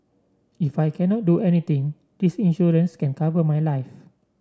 if I cannot do anything this insurance can cover my life